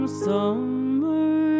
summer